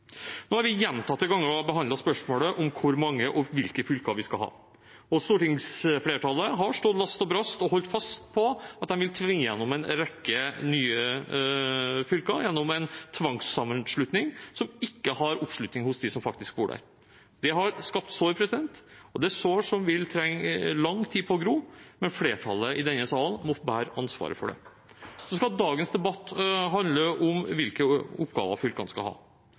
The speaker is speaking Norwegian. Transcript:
Nå har vi gjentatte ganger behandlet spørsmålet om hvor mange og hvilke fylker vi skal ha, og stortingsflertallet har stått last og brast sammen og holdt fast på at de vil tvinge gjennom en rekke nye fylker gjennom en tvangssammenslåing som ikke har oppslutning hos dem som faktisk bor der. Det har skapt sår, og det er sår som vil trenge lang tid for å gro, men flertallet i denne salen må bære ansvaret for det. Dagens debatt skal handle om hvilke oppgaver fylkene skal ha,